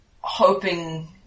hoping